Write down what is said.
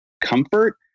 comfort